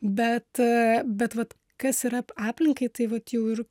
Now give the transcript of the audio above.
bet bet vat kas yra aplinkai tai vat jau ir